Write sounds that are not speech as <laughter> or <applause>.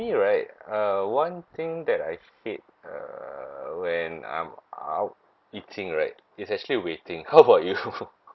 right uh one thing that I hate err when I'm out eating right is actually waiting how about you <laughs>